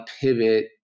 pivot